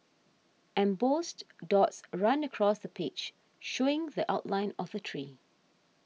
embossed dots run across the page showing the outline of a tree